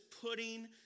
putting